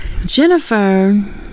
jennifer